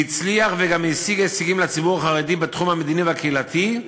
והצליח וגם השיג הישגים לציבור החרדי בתחום המדיני והקהילתי,